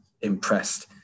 impressed